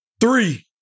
three